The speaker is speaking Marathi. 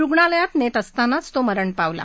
रुग्णालयात नेत असतानाच तो मरण पावला